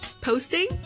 posting